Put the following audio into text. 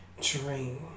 dream